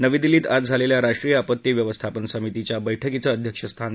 नवी दिल्लीत आज झालेल्या राष्ट्रीय आपत्ती व्यवस्थापन समितीच्या बैठकीचं अध्यक्षस्थान त्यांनी भूषवलं